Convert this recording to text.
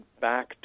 back